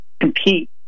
compete